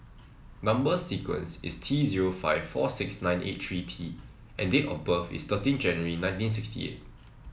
number sequence is T zero five four six nine eight three T and date of birth is thirteen January nineteen sixty eight